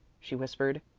she whispered.